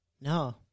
no